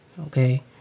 Okay